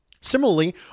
Similarly